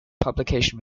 publication